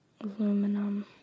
aluminum